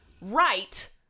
right